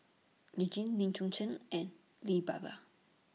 YOU Jin Lee Choon Seng and Lee Bee Wah